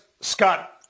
scott